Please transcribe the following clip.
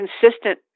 consistent